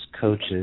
coaches